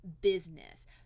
business